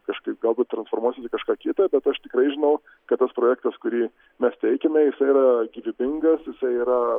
kažkaip galbūt transformuosis į kažką kitą bet aš tikrai žinau kad tas projektas kurį mes teikiame yra gyvybingas jisai yra